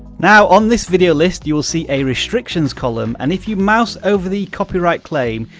now, on this video list, you will see a restrictions column, and if you mouse over the copyright claim,